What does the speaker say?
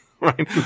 right